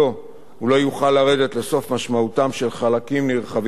הוא לא יוכל לרדת לסוף משמעותם של חלקים נרחבים מהחוזה.